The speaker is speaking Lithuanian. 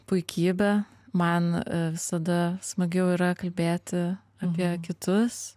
puikybė man visada smagiau yra kalbėti apie kitus